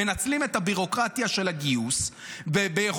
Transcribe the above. מנצלים את הביורוקרטיה של הגיוס ואת